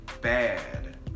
bad